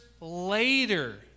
later